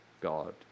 God